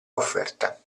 offerta